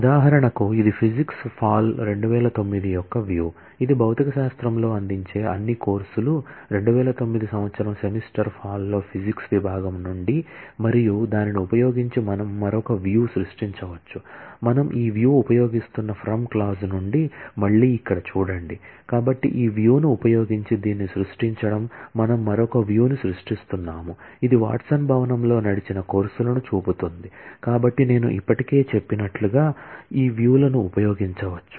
ఉదాహరణకు ఇది physics fall 2009 యొక్క వ్యూ ఇది భౌతికశాస్త్రంలో అందించే అన్ని కోర్సులు 2009 సంవత్సరం సెమిస్టర్ ఫాల్ లో ఫిజిక్స్ విభాగం నుండి మరియు దానిని ఉపయోగించి మనం మరొక వ్యూ లను ఉపయోగించవచ్చు